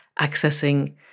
accessing